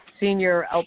senior